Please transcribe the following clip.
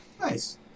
Nice